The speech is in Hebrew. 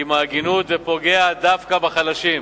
עם ההגינות ופוגע דווקא בחלשים.